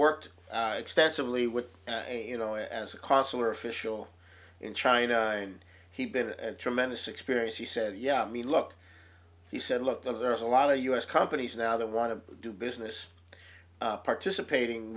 worked extensively with you know as a consular official in china and he's been a tremendous experience he said yeah i mean look he said look there's a lot of u s companies now that want to do business participating